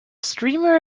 streamer